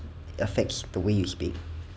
affects the way you speak